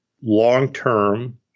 long-term